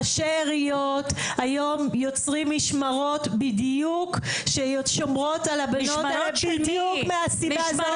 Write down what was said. ראשי עיריות היום יוצרים משמרות ששומרות וזה בדיוק מהסיבה הזאת.